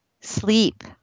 Sleep